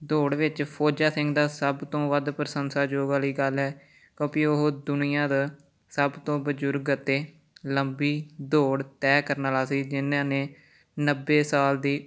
ਦੌੜ ਵਿੱਚ ਫ਼ੌਜਾ ਸਿੰਘ ਦਾ ਸਭ ਤੋਂ ਵੱਧ ਪ੍ਰਸ਼ੰਸਾਯੋਗ ਵਾਲੀ ਗੱਲ ਹੈ ਕਿਉਂਕਿ ਉਹ ਦੁਨੀਆ ਦਾ ਸਭ ਤੋਂ ਬਜ਼ੁਰਗ ਅਤੇ ਲੰਬੀ ਦੌੜ ਤੈਅ ਕਰਨ ਵਾਲਾ ਸੀ ਜਿਨ੍ਹਾਂ ਨੇ ਨੱਬੇ ਸਾਲ ਦੀ